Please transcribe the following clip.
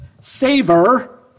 savor